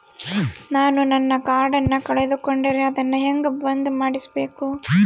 ನಾನು ನನ್ನ ಕಾರ್ಡನ್ನ ಕಳೆದುಕೊಂಡರೆ ಅದನ್ನ ಹೆಂಗ ಬಂದ್ ಮಾಡಿಸಬೇಕು?